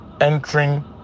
entering